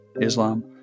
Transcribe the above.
Islam